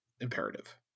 imperative